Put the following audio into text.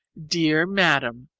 dear madam,